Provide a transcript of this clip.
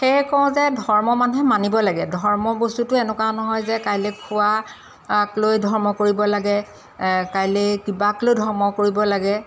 সেয়েহে কওঁ যে ধৰ্ম মানুহে মানিব লাগে ধৰ্ম বস্তুটো এনেকুৱা নহয় যে কাইলৈ খোৱাক লৈ ধৰ্ম কৰিব লাগে কাইলৈ কিবাকলৈ ধৰ্ম কৰিব লাগে